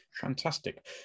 Fantastic